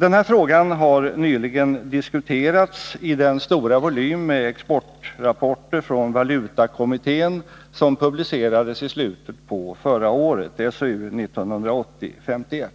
Denna fråga har nyligen diskuterats i den stora volym som består av expertrapporter från valutakommittén och som publicerades i slutet på förra året, SOU 1980:51.